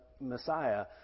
Messiah